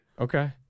okay